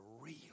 real